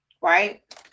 Right